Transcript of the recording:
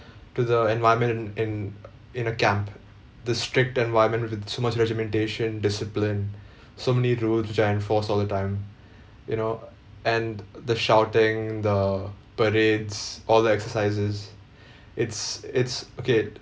to the environment in in in a camp the strict environment with it too much regimentation discipline so many rules which are enforced all the time you know and the shouting the parades all the exercises it's it's okay